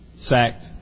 sacked